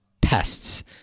pests